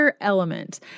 Element